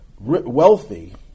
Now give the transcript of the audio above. wealthy